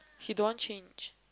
he don't want change